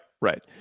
right